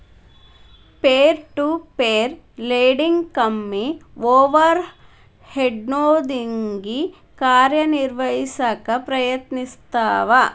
peer to peer lending ಕಡ್ಮಿ ಓವರ್ ಹೆಡ್ನೊಂದಿಗಿ ಕಾರ್ಯನಿರ್ವಹಿಸಕ ಪ್ರಯತ್ನಿಸ್ತವ